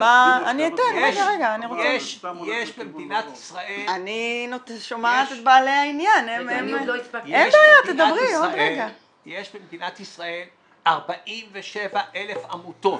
יש במדינת ישראל 47,000 עמותות.